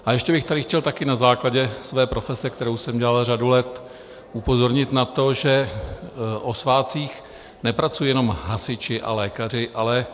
A ještě bych tady chtěl taky na základě své profese, kterou jsem dělal řadu let, upozornit na to, že o svátcích nepracují jenom hasiči a lékaři, ale